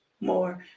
more